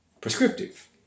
prescriptive